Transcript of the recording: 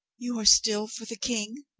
you are still for the king?